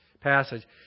passage